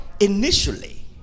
initially